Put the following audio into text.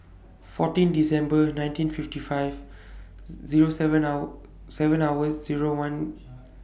fourteen December nineteen fifty five Zero seven hour seven hours Zero one